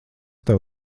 tev